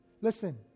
Listen